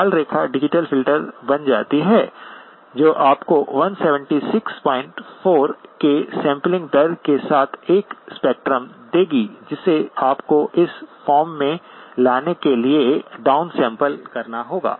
लाल रेखा digital filter बन जाती है जो आपको 1764 के सैंपलिंग दर के साथ एक स्पेक्ट्रम देगी जिसे आपको इस फॉर्म में लाने के लिए डाउन सैंपल करना होगा